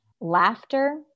laughter